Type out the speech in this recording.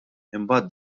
imbagħad